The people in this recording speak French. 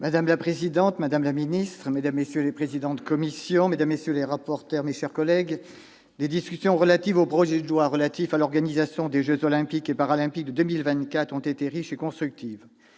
Madame la présidente, madame la ministre, mesdames, messieurs les présidents de commission, mesdames, messieurs les rapporteurs, mes chers collègues, les discussions relatives au projet de loi relatif à l'organisation des jeux Olympiques et Paralympiques de 2024 ont été riches et constructives.